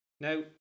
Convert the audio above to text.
Now